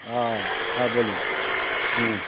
আ হ্যাঁ বলুন হুম